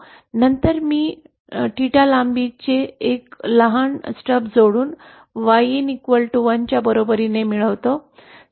नंतर मी लांबीच्या 𝜽 लांबीचे एक लहान स्ट्रब जोडून Yin 1 च्या बरोबरीने मिळते